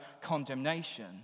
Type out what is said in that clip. condemnation